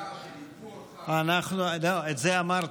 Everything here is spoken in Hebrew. השדולה שליוו אותך, לא, את זה אמרתי.